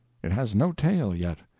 it has no tail yet.